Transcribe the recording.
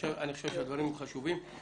אני חושב שהדברים הם חשובים.